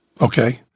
Okay